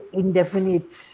indefinite